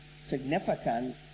significant